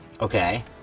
Okay